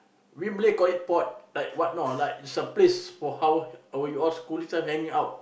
we Malay call it pot like what know like it's a place for how we all schooling some hanging out